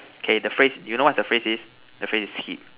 okay the phrase you what's the phrase is the phrase is hit